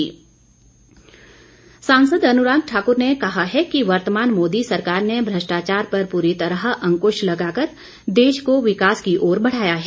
अनुराग सांसद अनुराग ठाकुर ने कहा है कि वर्तमान मोदी सरकार ने भ्रष्टाचार पर पूरी तरह अंकुश लगाकर देश को विकास की ओर बढ़ाया है